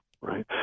Right